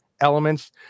elements